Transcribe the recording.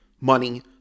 money